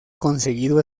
conseguido